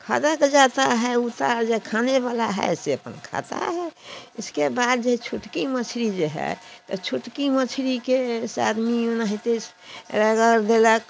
खदक जाता है उतार दे खाने वाला है से अपन खाता है इसके बाद जो है छुटकी मछली जो है तो छुटकी मछली के से आदमी ओनैहते रगड़ देलक